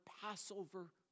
Passover